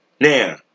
Now